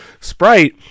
Sprite